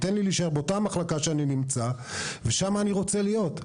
תן לי להישאר באותה מחלקה שאני נמצא ושם אני רוצה להיות.